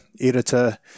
editor